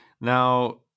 now